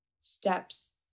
steps